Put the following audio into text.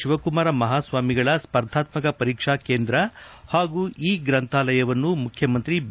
ಶಿವಕುಮಾರ ಮಹಾಸ್ವಾಮೀಗಳ ಸ್ವರ್ಧಾತ್ಮಕ ಪರೀಕ್ಷಾ ಕೇಂದ್ರ ಹಾಗೂ ಇ ಗ್ರಂಥಾಲಯವನ್ನು ಮುಖ್ಯಮಂತ್ರಿ ಬಿ